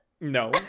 No